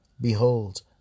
Behold